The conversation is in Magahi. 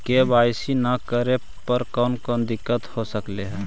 के.वाई.सी न करे पर कौन कौन दिक्कत हो सकले हे?